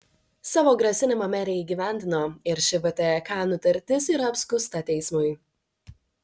savo grasinimą merė įgyvendino ir ši vtek nutartis yra apskųsta teismui